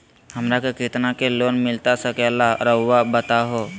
हमरा के कितना के लोन मिलता सके ला रायुआ बताहो?